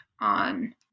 on